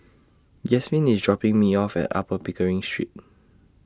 Yasmine IS dropping Me off At Upper Pickering Street